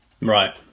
Right